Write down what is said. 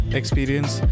experience